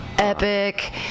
Epic